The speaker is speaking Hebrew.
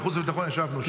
בחוץ וביטחון ישבנו שם.